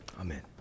Amen